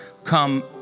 come